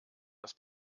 das